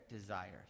desires